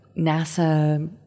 NASA